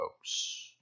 folks